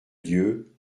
dieu